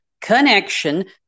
connection